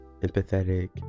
empathetic